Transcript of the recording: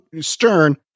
Stern